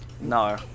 No